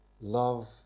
love